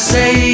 say